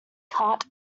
caught